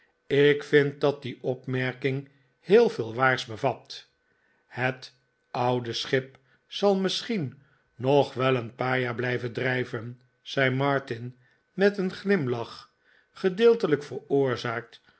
ik vind dat die opmerking heel veel waars bevat het oude schip zal misschien nog wel een paar jaar blijven drijven zei martin met een glimlach gedeeltelijk veroorzaakt